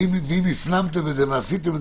ואם עשיתם את זה כך,